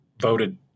voted